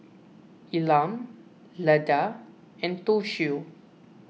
Elam Leda and Toshio